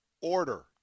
order